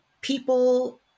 people